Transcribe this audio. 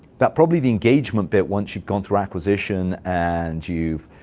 but probably the engagement bit, once you've gone through acquisition and you've